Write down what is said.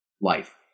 life